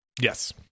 Yes